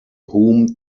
whom